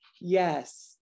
yes